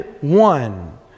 one